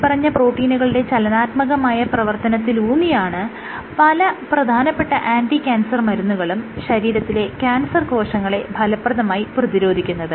മേല്പറഞ്ഞ പ്രോട്ടീനുകളുടെ ചലനാത്മകമായ പ്രവർത്തനത്തിലൂന്നിയാണ് പല പ്രധാനപ്പെട്ട ആന്റി ക്യാൻസർ മരുന്നുകളും ശരീരത്തിലെ ക്യാൻസർ കോശങ്ങളെ ഫലപ്രദമായി പ്രതിരോധിക്കുന്നത്